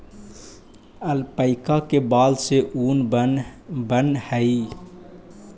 alpaca के बाल से ऊन बनऽ हई